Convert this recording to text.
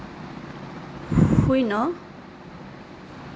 শূন্য